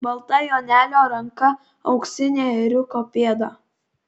balta jonelio ranka auksinė ėriuko pėda